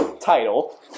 Title